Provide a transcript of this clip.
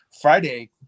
Friday